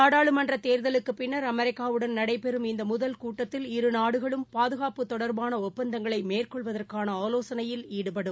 நாடாளுமன்றதேர்தலுக்குப் பின்னர் அமெரிக்காவுடன் நடைபெறும் இந்தமுதல் கூட்டத்தில் இரு நாடுகளும் பாதுகாப்பு தொடா்பானஒப்பந்தங்களைமேற்கொள்வதற்கானஆலோசனையில் ஈடுபடும்